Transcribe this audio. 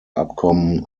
abkommen